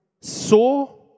saw